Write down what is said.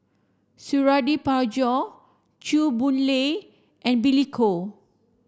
Suradi Parjo Chew Boon Lay and Billy Koh